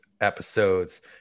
episodes